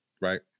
right